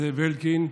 זאב אלקין,